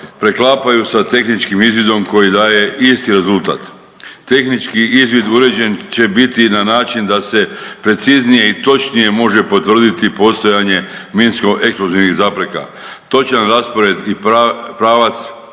preklapaju sa tehničkim izvidom koji daje isti rezultat. Tehnički izvid uređen će biti na način da se preciznije i točnije može potvrditi postojanje minsko-eksplozivnih zapreka. Točan raspored i pravac